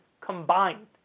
combined